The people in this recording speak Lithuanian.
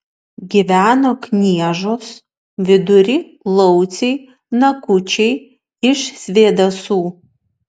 gyveno kniežos vidury lauciai nakučiai iš svėdasų